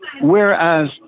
Whereas